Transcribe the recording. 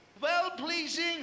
well-pleasing